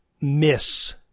miss